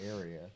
area